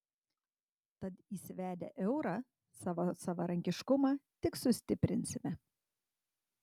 tad įsivedę eurą savo savarankiškumą tik sustiprinsime